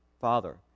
Father